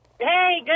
Hey